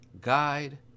guide